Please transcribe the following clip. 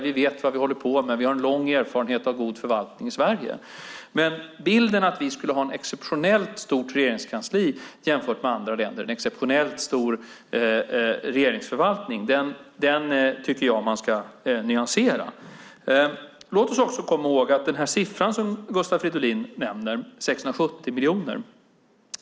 Vi vet vad vi håller på med. Vi har en lång erfarenhet av god förvaltning i Sverige. Bilden att vi skulle ha ett exceptionellt stort regeringskansli jämfört med andra länder, och en exceptionellt stor regeringsförvaltning tycker jag att man ska nyansera. Låt oss också komma ihåg den siffra som Gustav Fridolin nämner, 670 miljoner.